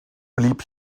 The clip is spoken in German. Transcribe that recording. blieb